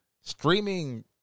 streaming